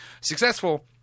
successful